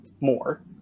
more